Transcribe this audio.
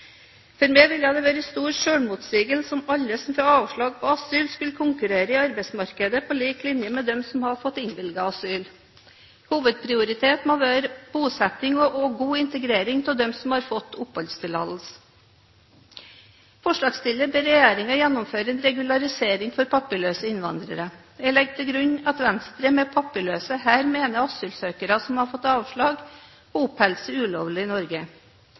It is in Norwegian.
For meg ville det være en stor selvmotsigelse om alle som får avslag på asyl, skulle konkurrere i arbeidsmarkedet på lik linje med dem som har fått innvilget asyl. Hovedprioritet må være bosetting og god integrering av dem som har fått oppholdstillatelse. Forslagsstillerne ber regjeringen gjennomføre en regularisering for papirløse innvandrere. Jeg legger til grunn at Venstre med papirløse her mener asylsøkere som har fått avslag og oppholder seg ulovlig i Norge.